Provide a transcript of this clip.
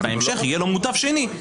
אבל בהמשך יהיה לו מוטב שני,